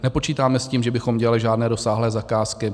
Nepočítáme s tím, že bychom dělali žádné rozsáhlé zakázky.